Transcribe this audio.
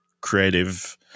creative